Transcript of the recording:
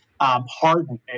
Hardened